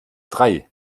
drei